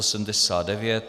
79.